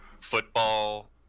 football